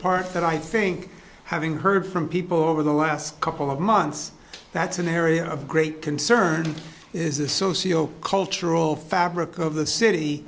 part that i think having heard from people over the last couple of months that's an area of great concern is the socio cultural fabric of the city